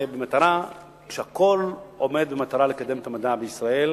במטרה כשהכול עומד במטרה לקדם את המדע בישראל